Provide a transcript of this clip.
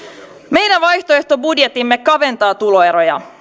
meidän vaihtoehtobudjettimme kaventaa tuloeroja